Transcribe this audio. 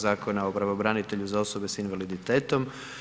Zakona o pravobranitelju za osobe s invaliditetom.